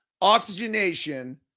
oxygenation